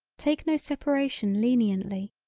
take no separation leniently,